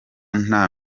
nta